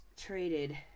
traded